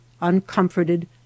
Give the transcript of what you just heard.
uncomforted